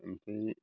ओमफ्राय